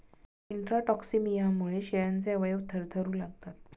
इंट्राटॉक्सिमियामुळे शेळ्यांचे अवयव थरथरू लागतात